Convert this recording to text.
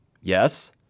Yes